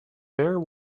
bare